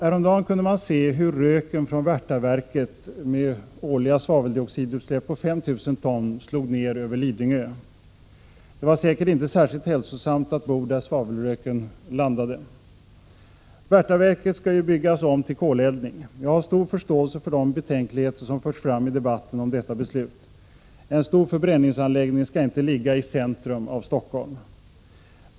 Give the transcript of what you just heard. Häromdagen kunde man se hur röken från Värtaverket, med årliga svaveldioxidutsläpp på 5 000 ton, slog ner över Lidingö. Det var säkert inte särskilt hälsosamt att bo där svavelröken landade. Värtaverket skall byggas om till koleldning. Jag har stor förståelse för de betänkligheter som förts fram i debatten om detta beslut. En stor förbränningsanläggning skall inte ligga i centrum av Stockholm.